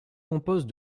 compose